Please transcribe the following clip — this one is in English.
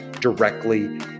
directly